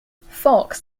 fox